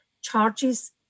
charges